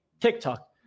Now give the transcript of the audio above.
TikTok